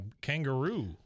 kangaroo